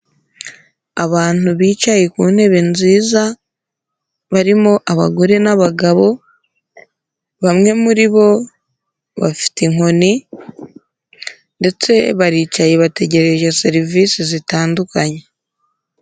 Abantu bicaye ku ntebe nziza barimo abagore n'abagabo, bamwe muri bo bafite inkoni ndetse baricaye bategereje serivisi zitandukanye.